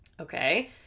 Okay